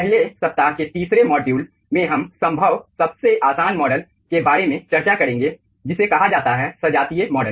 पहले सप्ताह के तीसरे मॉड्यूल में हम संभव सबसे आसान मॉडल के बारे में चर्चा करेंगे जिसे कहा जाता है सजातीय मॉडल